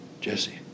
Jesse